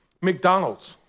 McDonald's